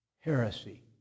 heresy